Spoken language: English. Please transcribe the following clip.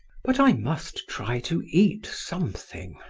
but i must try to eat something,